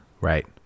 Right